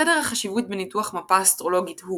סדר החשיבות בניתוח מפה אסטרולוגית הוא